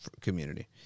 community